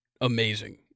amazing